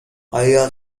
آیای